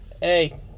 Hey